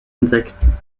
insekten